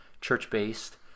church-based